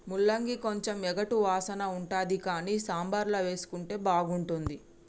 ముల్లంగి కొంచెం ఎగటు వాసన ఉంటది కానీ సాంబార్ల వేసుకుంటే బాగుంటుంది